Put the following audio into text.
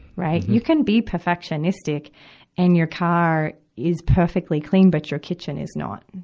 right. you can be perfectionistic and your car is perfectly clean, but your kitchen is not,